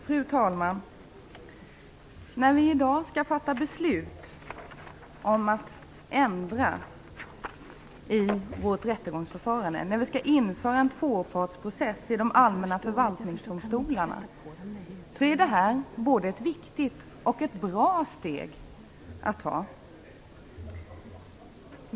Fru talman! Vi skall i dag fatta beslut om att ändra i vårt rättegångsförfarande - om att införa en tvåpartsprocess i de allmänna förvaltningsdomstolarna. Det är ett både viktigt och bra steg.